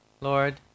lord